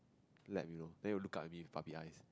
lap you know and then it will look up at me with puppy eyes